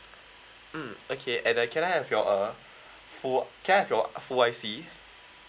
mm okay and uh can I have your uh full can I have your full I_C